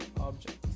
objects